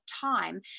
time